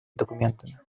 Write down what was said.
документами